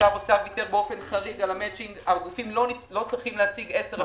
שר האוצר ויתר באופן חריג על המאצ'ינג: הגופים לא צריכים להציג 10%;